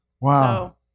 wow